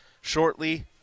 shortly